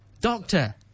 Doctor